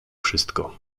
wszystko